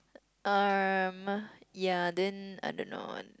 um ya then I don't know one